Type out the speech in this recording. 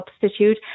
substitute